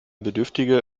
bedürftige